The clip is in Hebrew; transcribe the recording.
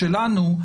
שלנו,